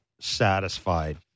satisfied